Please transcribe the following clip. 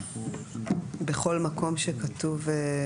בכל מקום שכתוב?